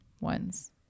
ones